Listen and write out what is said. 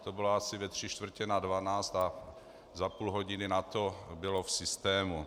To bylo asi ve čtvrtě na dvanáct a za půl hodiny nato bylo v systému.